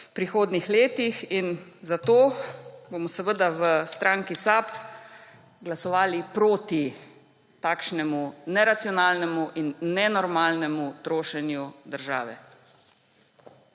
prihodnjih letih. Zato bomo seveda v SAB glasovali proti takšnemu neracionalnemu in nenormalnemu trošenju države.